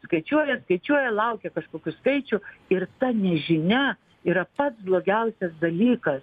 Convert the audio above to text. skaičiuoja skaičiuoja laukia kažkokių skaičių ir ta nežinia yra pats blogiausias dalykas